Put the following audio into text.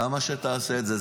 למה שתעשה את זה?